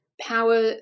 power